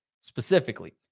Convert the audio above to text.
specifically